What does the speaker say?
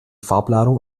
farbladung